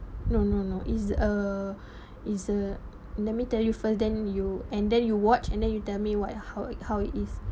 no no no is a is a let me tell you first then you and then you watch and then you tell me what how it how it is